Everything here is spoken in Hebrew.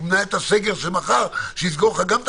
תימנע את הסגר של מחר שיסגור לך גם את